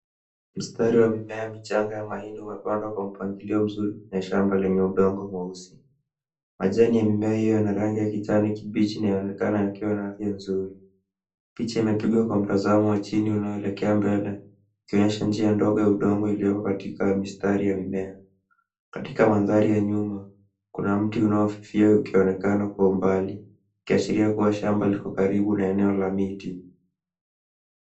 Mstari wa mimea michanga ya mahindi umepandwa kwa mpangilio mzuri kwenye shamba lenye udongo mweusi. Majani ya mimea hiyo ina rangi ya kijani kibichi na yanaonekana yakiwa na afya nzuri. Picha imepigwa kwa mtazamo wa chini unaoelekea mbele, ikionyesha njia ndogo ya udongo ilioko katika mistari ya mimea. Katika mandhari ya nyuma, kuna mti unaofifia ukionekana kwa umbali, ukiashiria kuwa shamba liko karibu na eneo la miti.